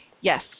yes